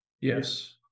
yes